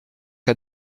cas